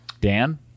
Dan